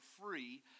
free